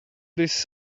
this